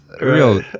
real